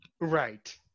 Right